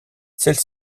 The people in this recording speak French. celle